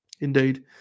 Indeed